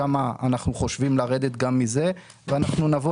שם אנחנו חושבים לרדת גם מזה ואנחנו נבוא